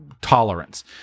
tolerance